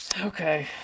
okay